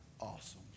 awesome